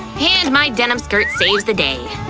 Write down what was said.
and my denim skirt saves the day!